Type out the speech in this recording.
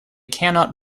cannot